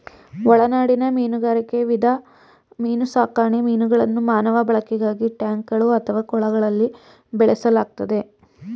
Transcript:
ಒಳನಾಡಿನ ಮೀನುಗಾರಿಕೆ ವಿಧ ಮೀನುಸಾಕಣೆ ಮೀನುಗಳನ್ನು ಮಾನವ ಬಳಕೆಗಾಗಿ ಟ್ಯಾಂಕ್ಗಳು ಅಥವಾ ಕೊಳಗಳಲ್ಲಿ ಬೆಳೆಸಲಾಗ್ತದೆ